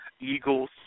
Eagles